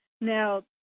Now